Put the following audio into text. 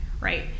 right